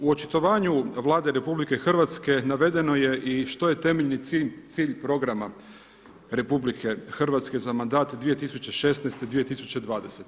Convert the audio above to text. U očitovanju Vlade RH navedeno je i što je temeljni cilj programa RH za mandat 2016.–2020.